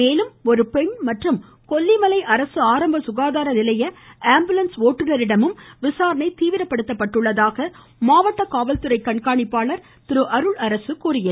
மேலும் ஒரு பெண் மற்றும் கொல்லிமலை அரசு ஆரம்ப சுகாதார நிலைய ஆம்புலன்ஸ் ஓட்டுனரிடமும் விசாரணை தீவிரப்படுத்தப்பட்டுள்ளதாக மாவட்ட காவல்துறை கண்காணிப்பாளர் திரு அருள்அரசு தெரிவித்துள்ளார்